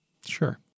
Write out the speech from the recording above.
Sure